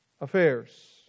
affairs